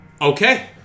Okay